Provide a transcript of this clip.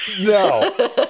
No